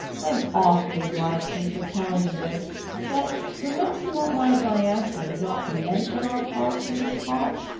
i'm awfully obliged to you for telling me this but perhaps you won't mind my asking you not to mention our talk to miss copt?